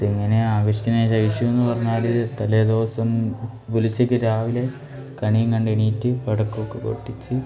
ഇതെങ്ങനെയാണ് ആഘോഷിക്കുന്നതെന്ന് വെച്ചാൽ വിഷുവെന്ന് പറഞ്ഞാൽ തലേദിവസം കുളിച്ചിട്ട് രാവിലെ കണിയും കണ്ടെണീറ്റ് പടക്കമൊക്കെ പൊട്ടിച്ച്